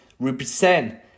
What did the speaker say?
Represent